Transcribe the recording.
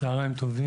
צוהריים טובים,